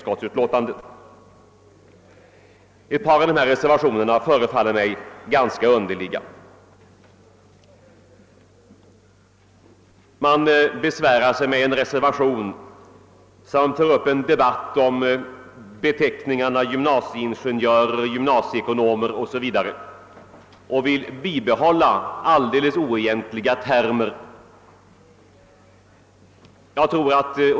Ett par av reservationerna förefaller mig ganska underliga. Man besvärar sig i en reservation med att ta upp en debatt om beteckningarna gymnasieingenjör, gymnasieekonom osv. Reservanterna vill bibehålla helt oegentliga termer.